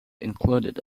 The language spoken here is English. included